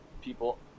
people